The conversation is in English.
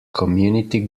community